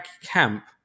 camp